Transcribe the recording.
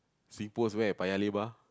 SingPost where Paya-Lebar